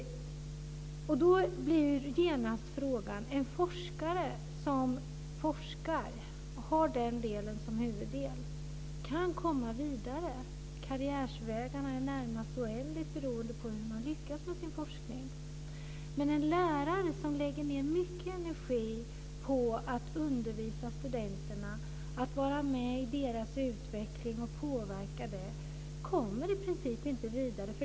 Då blir genast frågan: Kan en forskare som har forskningen som huvuddel komma vidare? Karriärsvägarna är närmast oändligt beroende på hur man lyckas med sin forskning. Men den lärare som lägger ned mycket energi på att undervisa studenterna, att vara med och påverka deras utveckling, kommer i princip inte vidare.